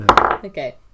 okay